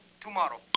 tomorrow